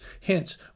Hence